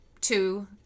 two